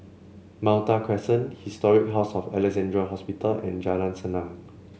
Malta Crescent Historic House of Alexandra Hospital and Jalan Senang